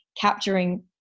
capturing